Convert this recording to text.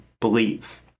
believe